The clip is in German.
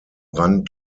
rand